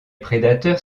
prédateurs